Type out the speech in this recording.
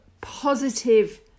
positive